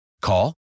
Call